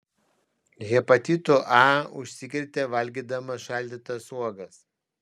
hepatitu a užsikrėtė valgydama šaldytas uogas